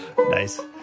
Nice